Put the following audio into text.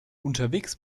unterwegs